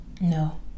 No